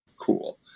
cool